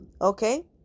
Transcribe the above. Okay